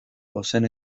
ozen